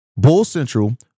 BULLCENTRAL